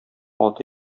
аты